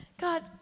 God